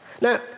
Now